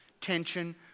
tension